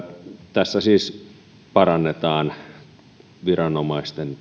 tässä siis parannetaan viranomaisten